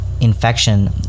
infection